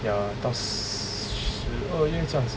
ya 到十二月这样子